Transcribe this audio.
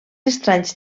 estranys